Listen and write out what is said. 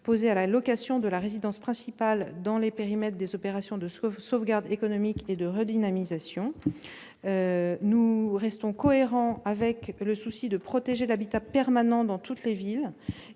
posée à la location de la résidence principale dans les périmètres des opérations de sauvegarde économique et de redynamisation. Nous restons cohérents avec le souci de protéger l'habitat permanent dans toutes les villes.